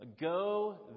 Go